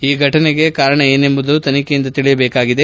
ಈ ಫಟನೆಗೆ ಕಾರಣ ಏನೆಂಬುದು ತನಿಖೆಯಿಂದ ತಿಳಿಯಬೇಕಾಗಿದೆ